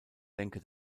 denke